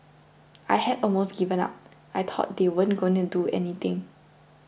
I had almost given up I thought they weren't going to do anything